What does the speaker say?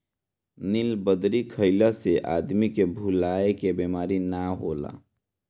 नीलबदरी खइला से आदमी के भुलाए के बेमारी नाइ होला